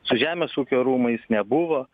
su žemės ūkio rūmais nebuvo